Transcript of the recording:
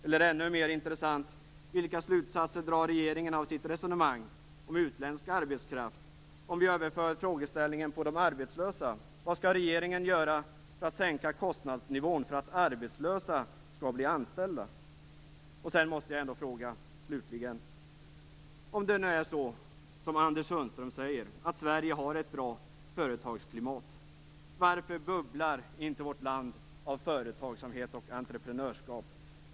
Och ännu mer intressant är vilka slutsatser regeringen drar av sitt resonemang om utländsk arbetskraft om vi överför frågeställningen på de arbetslösa: Vad skall regeringen göra för att sänka kostnadsnivån för att arbetslösa skall bli anställda? Jag måste slutligen fråga: Om det nu är så, som Anders Sundström säger, att Sverige har ett bra företagsklimat, varför bubblar inte vårt land av företagsamhet och entreprenörskap?